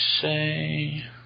say